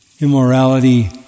immorality